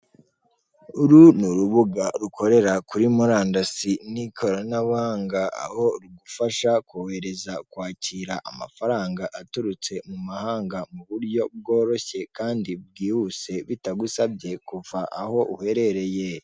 Uru ni urubuga rukorera kuri murandasi n'ikoranabuhanga aho rugufasha kohereza, kwakira amafaranga aturutse mu mahanga mu buryo bworoshye kandi bwihuse bitagusabye kuva aho uherereye.